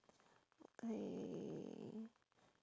okay